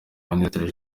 minisitiri